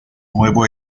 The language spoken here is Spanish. nuevo